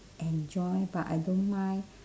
enjoy but I don't mind